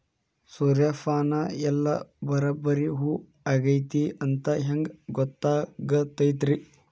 ಸೂರ್ಯಪಾನ ಎಲ್ಲ ಬರಬ್ಬರಿ ಹೂ ಆಗೈತಿ ಅಂತ ಹೆಂಗ್ ಗೊತ್ತಾಗತೈತ್ರಿ?